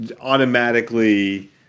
automatically